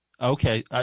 Okay